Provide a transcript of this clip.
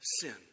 Sin